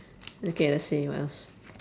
okay let's see what else